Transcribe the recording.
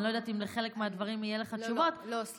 אני לא יודעת אם על חלק מהדברים יהיו לך תשובות,